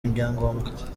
ibyangombwa